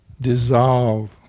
dissolve